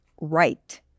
right